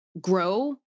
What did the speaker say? grow